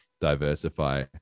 diversify